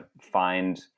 find